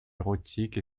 érotiques